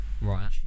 right